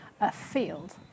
afield